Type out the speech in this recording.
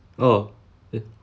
oh